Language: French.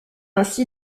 ainsi